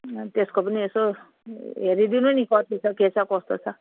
अनि त्यसको पनि यसो हेरिदिनु नि कति छ के छ कस्तो छ